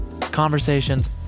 conversations